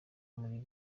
muri